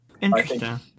Interesting